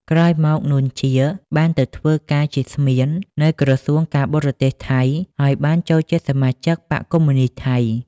ក្រោយមក នួន ជា បានទៅធ្វើការជាស្មៀន នៅក្រសួងការបរទេសថៃ ហើយបានចូលជាសមាជិកបក្សកុម្មុយនិស្តថៃ។